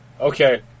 okay